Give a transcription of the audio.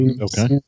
Okay